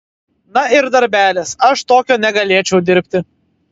na ir darbelis aš tokio negalėčiau dirbti